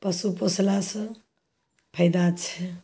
पशु पोसलासँ फैदा छै